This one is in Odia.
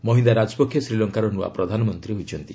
ମହିନ୍ଦା ରାଜପକ୍ଷେ ଶ୍ରୀଲଙ୍କାର ନୂଆ ପ୍ରଧାନମନ୍ତ୍ରୀ ହୋଇଛନ୍ତି